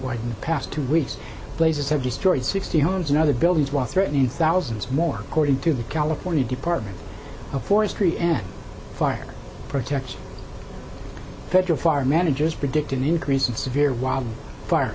wide in the past two weeks blazes have destroyed sixty homes and other buildings was threatened thousands more according to the california department of forestry and fire protection federal fire managers predict an increase in severe wild fire